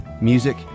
Music